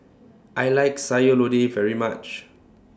I like Sayur Lodeh very much